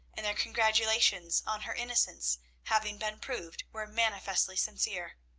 and their congratulations on her innocence having been proved were manifestly sincere.